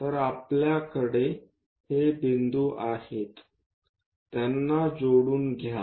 जर आपल्याकडे हे बिंदू आहे त्यांना जोडून घ्या